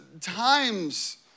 times